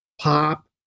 pop